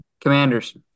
Commanders